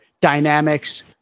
dynamics